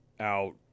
out